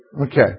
Okay